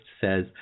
says